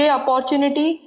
opportunity